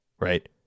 right